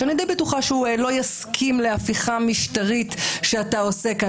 כשאני די בטוחה שהוא לא יסכים להפיכה משטרית שאתה עושה כאן.